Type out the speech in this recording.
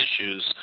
issues